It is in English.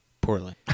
poorly